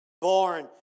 born